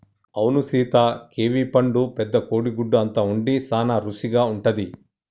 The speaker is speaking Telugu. అవును సీత కివీ పండు పెద్ద కోడి గుడ్డు అంత ఉండి సాన రుసిగా ఉంటది